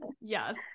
yes